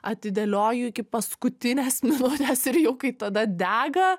atidėlioju iki paskutinės minutės ir jau kai tada dega